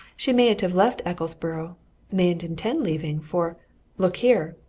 she mayn't have left ecclesborough mayn't intend leaving. for look here!